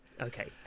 Okay